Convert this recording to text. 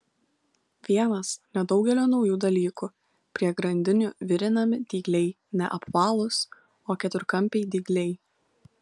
vienas nedaugelio naujų dalykų prie grandinių virinami dygliai ne apvalūs o keturkampiai dygliai